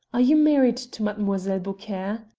are you married to mademoiselle beaucaire?